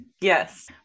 yes